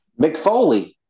McFoley